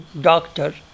doctor